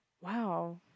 Wow